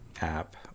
app